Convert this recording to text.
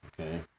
Okay